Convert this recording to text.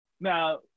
Now